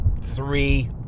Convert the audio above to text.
three